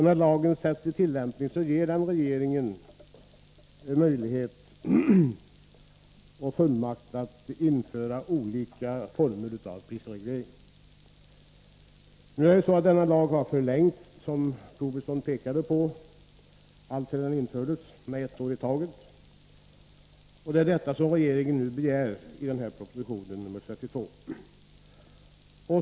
När lagen sätts i tillämpning ger den regeringen fullmakt att införa olika former av prisreglering. Lagen har, som Tobisson pekade på, alltsedan den infördes förlängts med ett år i taget, och det är en sådan förlängning som regeringen nu begär i proposition nr 32.